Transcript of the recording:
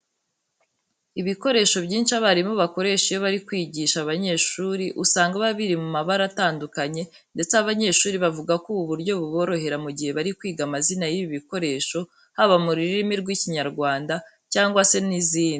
Ibikoresho byinshi abarimu bakoresha iyo bari kwigisha abanyeshuri usanga biba biri mu mabara atandukanye ndetse abanyeshuri bavuga ko ubu buryo buborohera mu gihe bari kwiga amazina y'ibi bikoresho haba mu rurimi rw'Ikinyarwanda cyangwa se n'izindi.